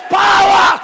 power